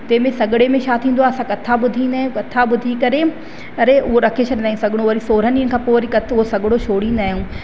तंहिंमें सॻड़े में छा थींदो आहे असां कथा ॿुधी ईंदा आहियूं कथा ॿुधी करे अरे उहो रखे छॾींदा आहियूं सॻड़ो वरी सोरहां ॾींहनि खां पोइ वरी कत उहो सॻड़ो छोड़ींदा आहियूं